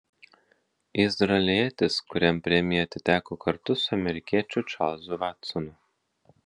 izraelietis kuriam premija atiteko kartu su amerikiečiu čarlzu vatsonu